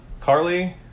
Carly